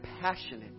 passionate